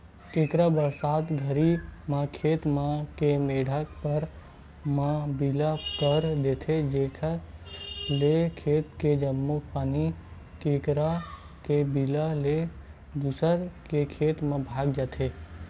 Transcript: केंकरा बरसात घरी म खेत मन के मेंड पार म बिला कर देथे जेकर ले खेत के जम्मो पानी केंकरा के बिला ले दूसर के खेत म भगा जथे